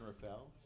Rafael